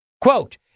Quote